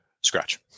Scratch